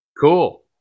cool